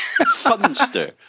funster